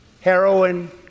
heroin